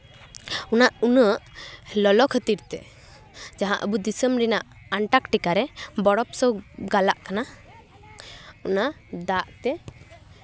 ᱚᱱᱟ ᱩᱱᱟᱹᱜ ᱞᱚᱞᱚ ᱠᱷᱟᱹᱛᱤᱨ ᱛᱮ ᱡᱟᱦᱟᱸ ᱟᱵᱚ ᱫᱤᱥᱟᱹᱢ ᱨᱮᱱᱟᱜ ᱟᱱᱴᱟᱨᱠᱴᱤᱠᱟ ᱨᱮ ᱵᱚᱨᱚᱯᱷ ᱥᱚᱵ ᱜᱟᱞᱟᱜ ᱠᱟᱱᱟ ᱚᱱᱟ ᱫᱟᱜ ᱛᱮ